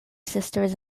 sisters